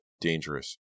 Dangerous